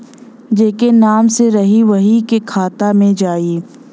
जेके नाम से रही वही के खाता मे जाई